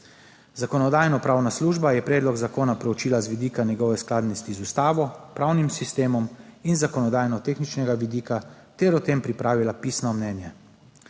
Zakonodajno-pravna služba je predlog zakona proučila z vidika njegove skladnosti z ustavo, pravnim sistemom in zakonodajno-tehničnega vidika ter o tem pripravila pisno mnenje.